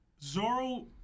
Zoro